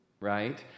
right